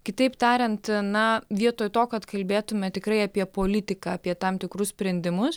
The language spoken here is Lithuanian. kitaip tariant na vietoj to kad kalbėtume tikrai apie politiką apie tam tikrus sprendimus